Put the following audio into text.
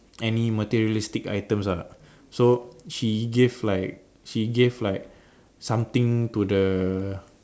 any materialistic items lah so she give like she give like something to the